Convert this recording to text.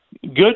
good